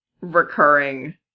recurring